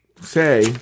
say